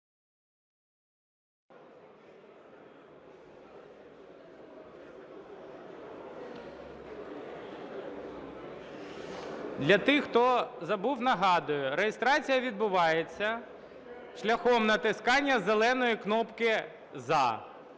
Для тих, хто забув, нагадую, реєстрація відбувається шляхом натискання зеленої кнопки "За",